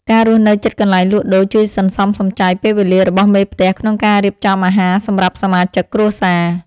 ការរស់នៅជិតកន្លែងលក់ដូរជួយសន្សំសំចៃពេលវេលារបស់មេផ្ទះក្នុងការរៀបចំអាហារសម្រាប់សមាជិកគ្រួសារ។